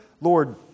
Lord